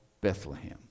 Bethlehem